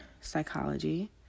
psychology